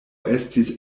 estis